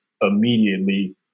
immediately